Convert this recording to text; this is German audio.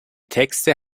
texte